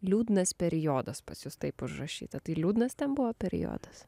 liūdnas periodas pas jus taip užrašyta tai liūdnas ten buvo periodas